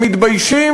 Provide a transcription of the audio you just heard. הם מתביישים,